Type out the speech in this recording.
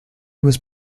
was